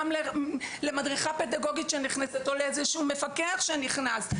גם למדריכה פדגוגית שנכנסת לביקור או לאיזה שהוא מפקח שנכנס לגן?